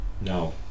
No